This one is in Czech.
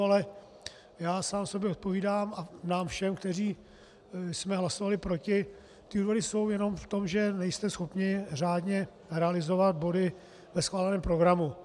Ale já sám sobě odpovídám a nám všem, kteří jsme hlasovali proti: ty důvody jsou jenom v tom, že nejste schopni řádně realizovat body ve schváleném programu.